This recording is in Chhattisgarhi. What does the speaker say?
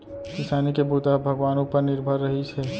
किसानी के बूता ह भगवान उपर निरभर रिहिस हे